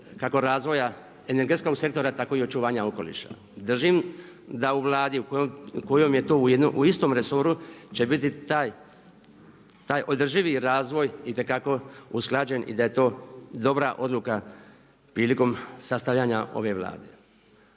kako razvoja energetskog sektora, tako i očuvanja okoliša. Držim da u Vladi u kojem je to istom resoru će biti taj održivi razvoj itekako usklađen i da je to dobra odluka prilikom sastavljanja ove Vlade.